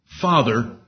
Father